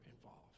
involved